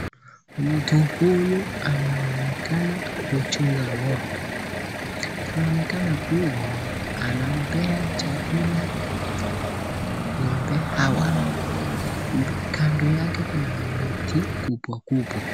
Mtu huyu anaonekana kuchunga ng'ombe ,anaonekana kuwa anampea chakula Ng'ombe hawa. Kando yake Kuna miti kubwa kubwa.